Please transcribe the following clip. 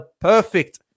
perfect